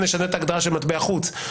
נשנה את ההגדרה של "מטבע חוץ".